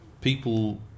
people